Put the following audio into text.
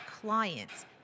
clients